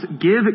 give